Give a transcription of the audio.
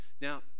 Now